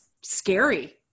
scary